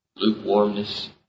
lukewarmness